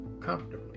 comfortably